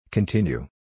Continue